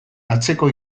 hatxeko